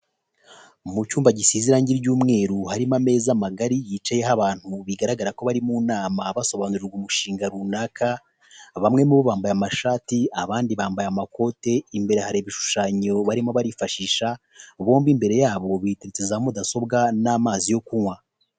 Mu cyumba gisize irangi ry'umweru harimo ameza magari yicayeho abantu bigaragara ko bari mu nama basobanurirwa umushinga runaka; bamwe mu bo bambaye amashati abandi bambaye amakote imbere hari ibishushanyo barimo barifashisha; bombi imbere yabo biteretse za mudasobwa n'amazi yo kunywa.